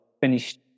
finished